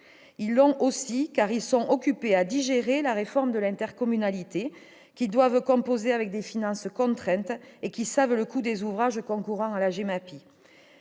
inquiets, parce qu'ils sont occupés à digérer la réforme de l'intercommunalité, qu'ils doivent composer avec des finances contraintes et qu'ils savent le coût des ouvrages concourant à la GEMAPI.